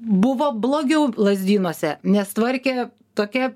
buvo blogiau lazdynuose nes tvarkė tokia